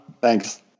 Thanks